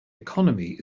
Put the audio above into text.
economy